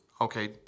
okay